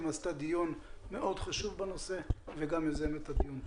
קיימה דיון מאוד חשוב בנושא וגם יוזמת את הדיון.